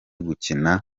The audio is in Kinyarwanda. gukina